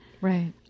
Right